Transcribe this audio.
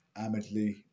amidly